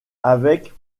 avec